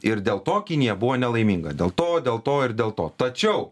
ir dėl to kinija buvo nelaiminga dėl to dėl to ir dėl to tačiau